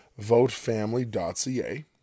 votefamily.ca